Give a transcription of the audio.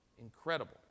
incredible